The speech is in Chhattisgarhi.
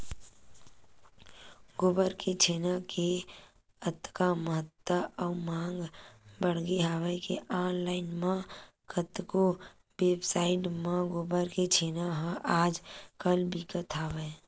गोबर के छेना के अतका महत्ता अउ मांग बड़गे हवय के ऑनलाइन म कतको वेबसाइड म गोबर के छेना ह आज कल बिकत हवय